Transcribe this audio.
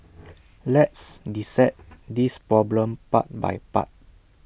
let's dissect this problem part by part